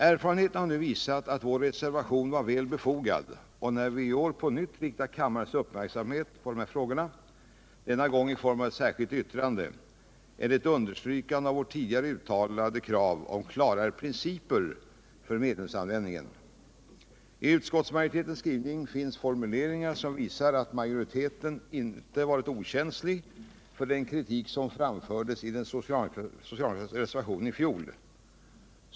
Erfarenheterna har nu visat att vår reservation var väl befogad, och när vi i år på nytt riktar kammarens uppmärksamhet på de här frågorna, denna gång i form av ett särskilt yttrande, är det ett understrykande av vårt tidigare uttalade krav på klarare principer för medelsanvändningen. I utskottsmajoritetens skrivning finns formuleringar som visar att majoriteten inte har varit okänslig för den kritik som framfördes i den socialdemokratiska reservationen i fjol.